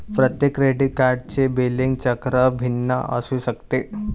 प्रत्येक क्रेडिट कार्डचे बिलिंग चक्र भिन्न असू शकते